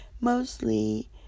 mostly